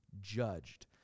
judged